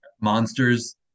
Monsters